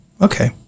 Okay